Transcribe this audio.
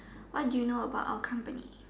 what do you know about our company